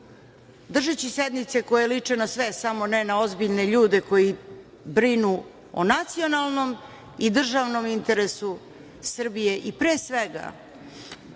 držeći sednice koje liče na sve, samo ne na ozbiljne ljude koji brinu o nacionalnom i državnom interesu Srbije i pre svega